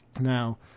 now